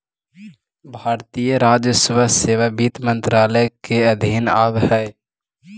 भारतीय राजस्व सेवा वित्त मंत्रालय के अधीन आवऽ हइ